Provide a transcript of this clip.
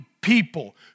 people